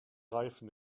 reifen